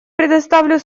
предоставлю